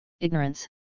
ignorance